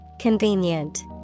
Convenient